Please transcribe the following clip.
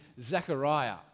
Zechariah